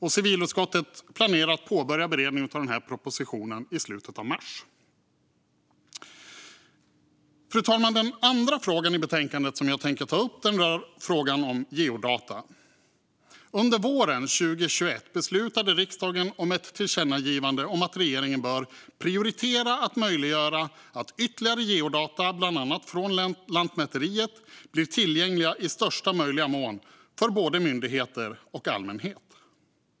Civilutskottet planerar att påbörja beredning av propositionen i slutet av mars. Fru talman! Den andra frågan i betänkandet som jag tänkte ta upp rör geodata. Under våren 2021 beslutade riksdagen om ett tillkännagivande om att regeringen bör prioritera att möjliggöra att ytterligare geodata, bland annat från Lantmäteriet, blir tillgängliga i största möjliga mån för både myndigheter och allmänhet.